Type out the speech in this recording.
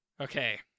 Okay